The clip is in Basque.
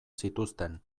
zituzten